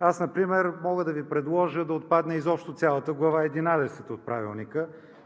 Аз например мога да Ви предложа да отпадне изобщо цялата Глава единадесета от Правилника.